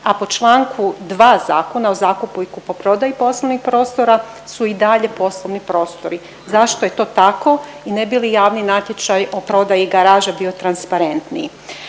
a po čl. 2. Zakona o zakupu i kupoprodaji poslovnih prostora su i dalje poslovni prostori. Zašto je to tako, ne bi li javni natječaj o prodaji garaže bio transparentniji.